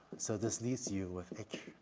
so this leaves you with h